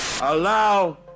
Allow